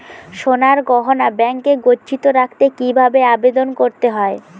সোনার গহনা ব্যাংকে গচ্ছিত রাখতে কি ভাবে আবেদন করতে হয়?